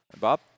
Bob